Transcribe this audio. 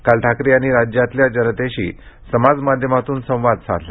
काल ठाकरे यांनी राज्यातल्या जनतेशी समाजमाध्यमातून संवाद साधला